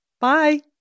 Bye